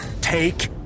Take